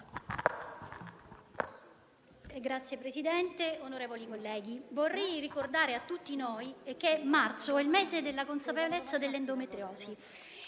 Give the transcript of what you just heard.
Signor Presidente, onorevoli colleghi, vorrei ricordare a tutti noi che marzo è il mese della consapevolezza dell'endometriosi,